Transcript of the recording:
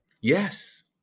Yes